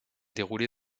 déroulé